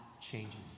changes